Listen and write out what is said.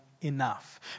enough